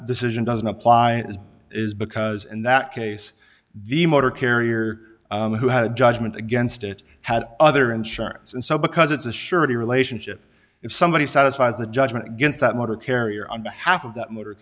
decision doesn't apply is because in that case the motor carrier who had a judgment against it had other insurance and so because it's a surety relationship if somebody satisfies a judgment against that motor carrier on behalf of that motor